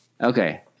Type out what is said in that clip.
Okay